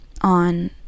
on